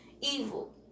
evil